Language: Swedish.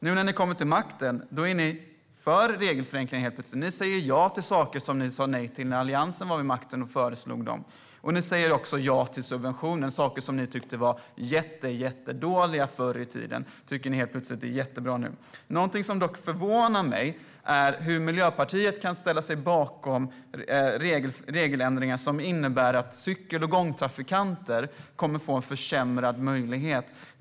Nu när ni kommer till makten är ni helt plötsligt för regelförenklingar. Ni säger ja till saker som ni sa nej till när Alliansen var vid makten och föreslog dem. Ni säger också ja till subventioner. Saker som ni tyckte var jättedåliga förr i tiden tycker ni helt plötsligt är jättebra nu. Någonting som dock förvånar mig är hur Miljöpartiet kan ställa sig bakom regeländringar som innebär att cykel och gångtrafikanter kommer att få en försämrad möjlighet.